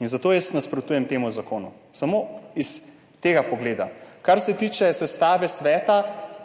in zato jaz nasprotujem temu zakonu, samo s tega pogleda. Kar se tiče sestave sveta,